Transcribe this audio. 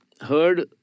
heard